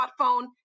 smartphone